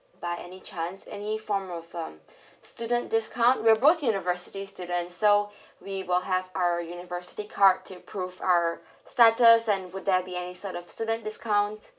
by any chance any form of um student discount we're both university students so we will have our university card to prove our status and would there be any sort of student discount